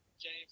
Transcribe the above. James